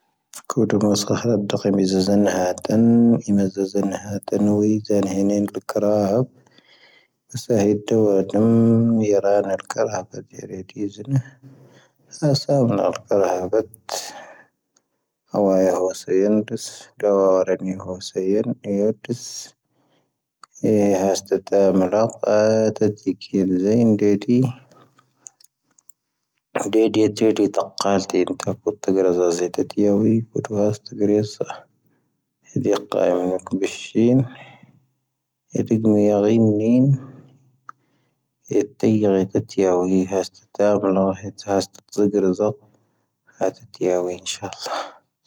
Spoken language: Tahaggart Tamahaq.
ⵀⴰⵉⴷ ⵢⴰⴳⴳⴰⵢ ⵎⴰⵏⴰⴽⵓⵎ ⴱⴻ ⵙⵀⴻⴻⵏ, ⵀⴻⴷⵉ ⴳⵎⵉⴰⵔⵉⵏⵎⵉⵏ, ⵀⴻⴷⵉ ⴳⵎⵉⴰⵔⵉⵏ ⵜⵉⵢⵔⴻ ⵉⵜⴰ ⵜⵉⵢⴰⵡⵉⵏ ⵀⴰⵙⵜⴰ ⵜⴰⴱⵍⴰ, ⵉⵜⴰ ⵀⴰⵙⵜⴰ ⵜⵉⴳⵔⵉⵣⴰⵜ ⵀⴰⴰⴷ ⵜⵉⵢⴰⵡⵉⵏ ⵉⵏⵙⵀⴰ ⴰⵍⵍⴰⵀ.